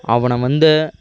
அவனை வந்து